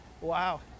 Wow